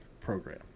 program